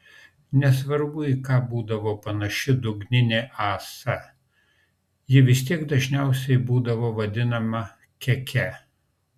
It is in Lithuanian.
nesvarbu į ką būdavo panaši dugninė ąsa ji vis tiek dažniausiai būdavo vadinama keke